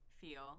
feel